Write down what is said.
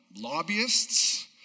lobbyists